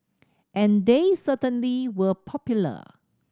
and they certainly were popular